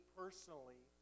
personally